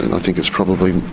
and i think it's probably